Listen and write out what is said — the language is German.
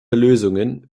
lösungen